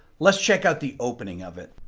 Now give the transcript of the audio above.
let's check out the opening of it